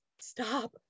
stop